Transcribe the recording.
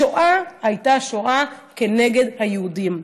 השואה הייתה שואה כנגד היהודים.